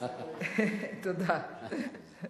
תודה רבה, אני חוזר.